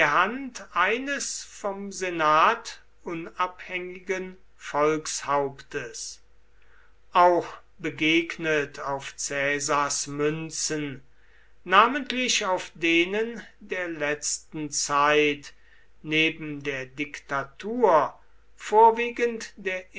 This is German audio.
hand eines vom senat unabhängigen volkshauptes auch begegnet auf caesars münzen namentlich auf denen der letzten zeit neben der diktatur vorwiegend der